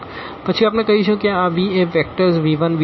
પછી આપણે કહીશું કે આ v એ વેક્ટર્સv1v2vn